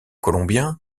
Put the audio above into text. colombien